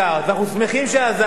ואנחנו שמחים שעזבת.